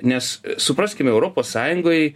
nes supraskim europos sąjungoj